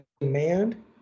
demand